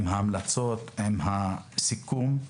עם המלצות, עם הסיכום,